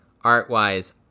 art-wise